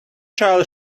child